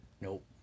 Nope